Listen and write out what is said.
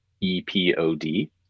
E-P-O-D